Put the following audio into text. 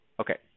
Okay